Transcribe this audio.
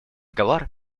договор